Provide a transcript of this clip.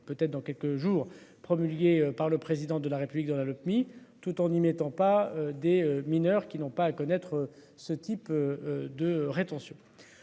peut-être dans quelques jours, promulguée par le président de la République dans la Lopmi tout en y mettant pas des mineurs qui n'ont pas à connaître ce type. De rétention.